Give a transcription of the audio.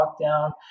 lockdown